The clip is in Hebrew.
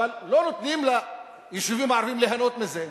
לא נותנים ליישובים הערביים ליהנות מזה.